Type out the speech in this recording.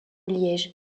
liège